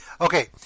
okay